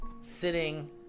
sitting